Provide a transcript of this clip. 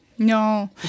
No